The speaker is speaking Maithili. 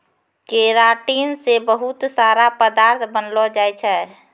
केराटिन से बहुत सारा पदार्थ बनलो जाय छै